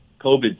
COVID